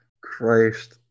Christ